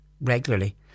regularly